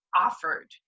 offered